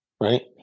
Right